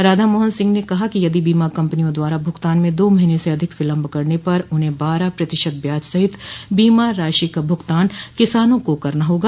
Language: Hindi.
राधा मोहन सिंह ने कहा कि यदि बीमा कम्पनियों द्वारा भुगतान में दो महीने से अधिक विलम्ब करने पर उन्हें बारह प्रतिशत ब्याज सहित बीमा राशि का भुगतान किसानों को करना होगा